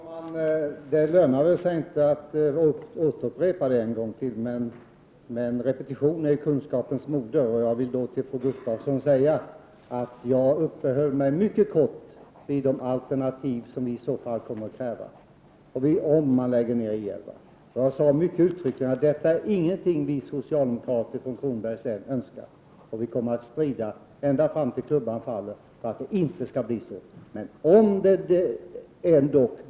Herr talman! Det lönar sig väl inte att återupprepa det en gång till, men repetition är ju kunskapens moder. Jag vill därför till fru Gustavsson säga att jag uppehöll mig mycket kort vid de alternativ som vi kommer att kräva om I 11 läggs ner. Jag sade uttryckligen att detta inte är någonting vi socialdemokrater från Kronobergs län önskar. Vi kommer att strida för vår sak ända fram tills klubban faller.